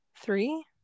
Three